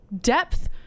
depth